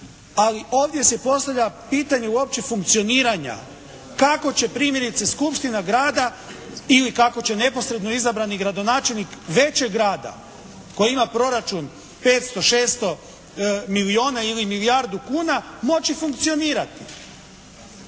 Ali ovdje se postavlja pitanje uopće funkcioniranja kako će primjerice skupština grada ili kako će neposredno izabrani gradonačelnik većeg grada koji ima proračun 500, 600 milijuna ili milijardu kuna moći funkcionirati?